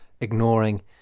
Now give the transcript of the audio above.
Ignoring